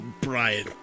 Brian